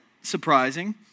surprising